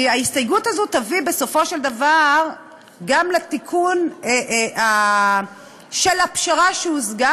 כי ההסתייגות הזו תביא בסופו של דבר גם לתיקון של הפשרה שהושגה,